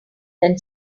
than